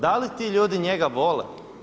Da li ti ljudi njega vole?